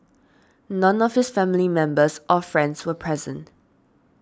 none of his family members or friends were present